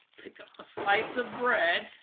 pick up a slice of bread